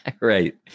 Right